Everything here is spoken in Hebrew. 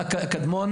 הקדמון,